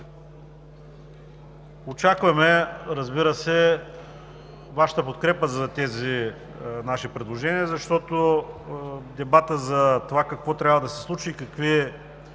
Очакваме, разбира се, Вашата подкрепа за нашите предложения, защото дебатът за това какво трябва да се случи и какви